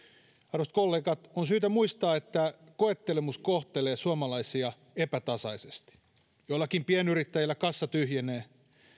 arvoisat kollegat on syytä muistaa että koettelemus kohtelee suomalaisia epätasaisesti joillakin pienyrittäjillä kassa tyhjenee